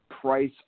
Price